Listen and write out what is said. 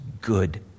good